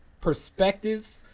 perspective